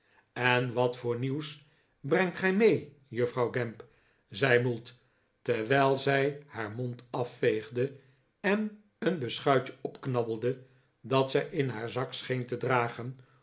en wat voor nieuws brengt gij mee juffrouw gamp zei mould terwijl zij haar mond afveegde en een beschuitje opknabbelde dat zij in haar zak scheen te dragen